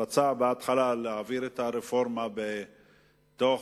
הוא רצה בהתחלה להעביר את הרפורמה בתוך